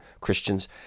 Christians